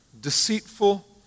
deceitful